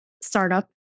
startup